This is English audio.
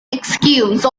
excuse